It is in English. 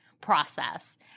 process